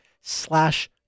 slash